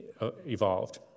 evolved